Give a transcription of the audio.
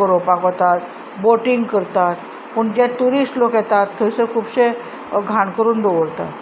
गरोवपाक वतात बोटींग करतात पूण जे ट्युरिस्ट लोक येतात थंयसर खुबशे घाण करून दवरतात